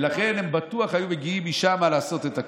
ולכן הם בטוח היו מגיעים משם לעשות את הכול.